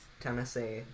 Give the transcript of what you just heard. Tennessee